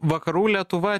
vakarų lietuva